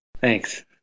Thanks